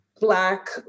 Black